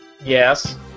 Yes